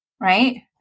right